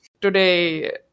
today